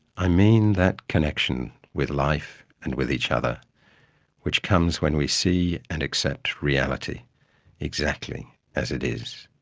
i mean that connection with life and with each other which comes when we see and accept reality exactly as it is.